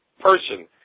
person